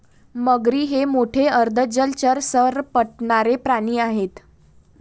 मगरी हे मोठे अर्ध जलचर सरपटणारे प्राणी आहेत